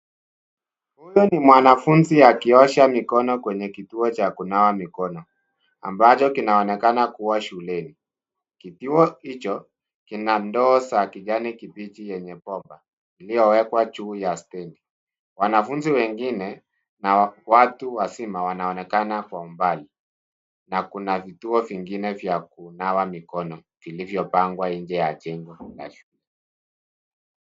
Huyu ni mwanafunzi akiosha mikono kwenye kituo cha kunawa mikono, ambacho kinaonekana kua shuleni. Kituo hicho, kina ndoo za kijani kibichi yenye bomba, iliyowekwa juu ya stedi. Wanafunzi wengine na watu wazima wanaonekana kwa umbali, na kuna vituo vingine vya kunawa mikono vilivyopangwa nje ya jengo la shule.